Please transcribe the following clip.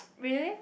really